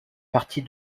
partie